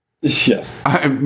yes